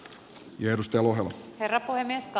tiedustelun verotoimisto